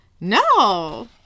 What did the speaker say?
No